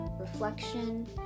reflection